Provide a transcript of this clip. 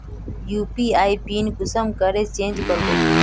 UPI PIN कुंसम करे change करबो?